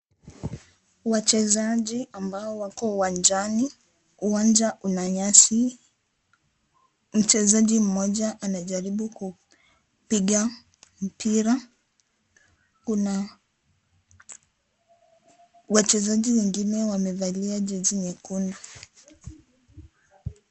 Wachezaji ambao wako uwanjani. Uwanja una nyasi. Mchezaji mmoja anajaribu kupiga pira. Kuna wachezaji wengine wamevalia jezi nyekundu.